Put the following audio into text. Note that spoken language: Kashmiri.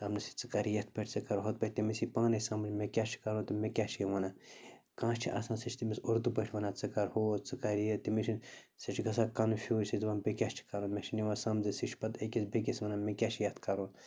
دَپنَس ژٕ کَر یِتھ پٲٹھۍ ژٕ کَر ہُتھ پٲٹھۍ کَر تٔمِس یی پانے سمٕجھ مےٚ کیٛاہ چھُ کَرُن تہٕ مےٚ کیٛاہ چھِ یِم وَنان کانٛہہ چھُ آسان سُہ چھُ تٔمس اُردو پٲٹھۍ وَنان ژٕ کَر ہوٗ ژٕ کَر یہِ تٔمِس چھُنہٕ سُہ چھُ گَژھان کنفیوٗز چھِ دَپان بے کیٛاہ چھُ کَرُن مےٚ چھُنہٕ یِوان سمجھی سُہ چھُ پتہٕ أکِس بیٚیہِ کِس وَنان مےٚ کیٛاہ چھِ یَتھ کَرُن